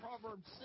proverbs